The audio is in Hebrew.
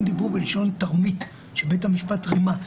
הם דיברו בלשון תרמית, שבית המשפט רימה.